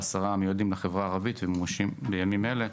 ועשרה מיועדים לחברה הערבית וממומשים בימים אלה.